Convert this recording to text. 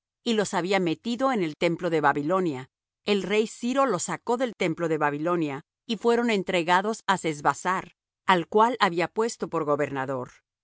y los había metido en el templo de babilonia el rey ciro los sacó del templo de babilonia y fueron entregados á sesbassar al cual había puesto por gobernador